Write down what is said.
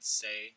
say